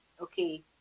okay